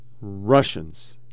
Russians